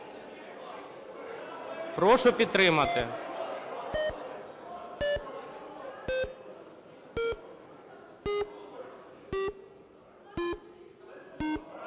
Прошу підтримати.